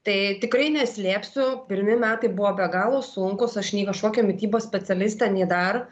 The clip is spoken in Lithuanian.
tai tikrai neslėpsiu pirmi metai buvo be galo sunkūs aš nei kažkokia mitybos specialistė nei dar